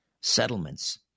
Settlements